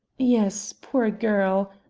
yes, poor girl!